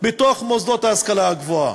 בתוך מוסדות ההשכלה הגבוהה.